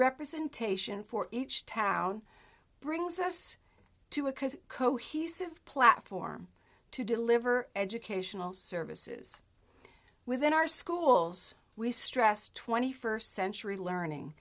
representation for each town brings us to a cause cohesive platform to deliver educational services within our schools we stress twenty first century learning